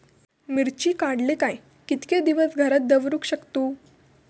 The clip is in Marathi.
मिर्ची काडले काय कीतके दिवस घरात दवरुक शकतू?